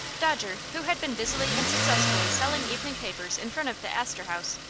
dodger, who had been busily and successfully selling evening papers in front of the astor house,